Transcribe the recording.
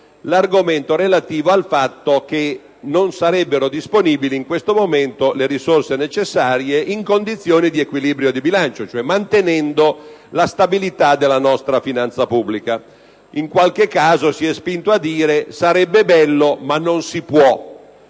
l'argomento che non sarebbero disponibili in questo momento le risorse necessarie in condizione di equilibrio di bilancio, cioè mantenendo la stabilità della nostra finanza pubblica. In qualche caso si è spinto a dire che sarebbe bello, ma non si può;